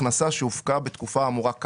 ההנחה שהדלתא בין 72 ל-100 היא בהגדרה אנשים